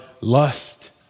lust